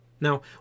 Now